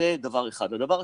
הדבר השני,